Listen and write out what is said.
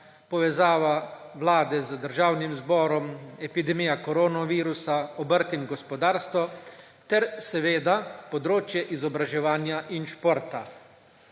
povezava Vlade z Državnim zborom, epidemija koronavirusa, obrt in gospodarstvo ter seveda področje izobraževanja in športa.